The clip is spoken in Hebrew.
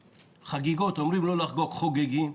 חגיגות, אומרים לא לחגוג חוגגים.